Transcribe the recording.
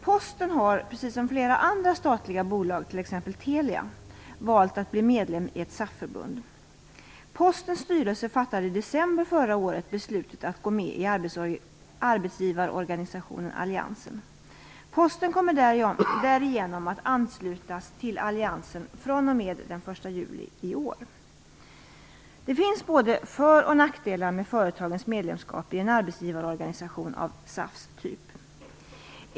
Posten har precis som flera andra statliga bolag, t.ex. Telia, valt att bli medlem i ett SAF-förbund. Postens styrelse fattade i december förra året beslutet att gå med i arbetsgivarorganisationen Alliansen. Posten kommer därigenom att anslutas till Alliansen fr.o.m. den 1 juli i år. Det finns både för och nackdelar med företagens medlemskap i en arbetsgivarorganisation av SAF:s typ.